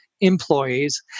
employees